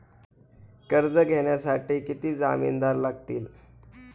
कर्ज घेण्यासाठी किती जामिनदार लागतील?